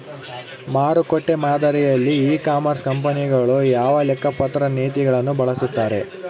ಮಾರುಕಟ್ಟೆ ಮಾದರಿಯಲ್ಲಿ e commerce ಕಂಪನಿಗಳು ಯಾವ ಲೆಕ್ಕಪತ್ರ ನೇತಿಗಳನ್ನು ಬಳಸುತ್ತಾರೆ?